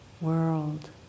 world